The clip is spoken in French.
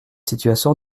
situation